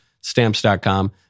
Stamps.com